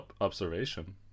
observation